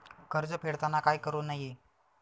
कर्ज फेडताना काय करु नये?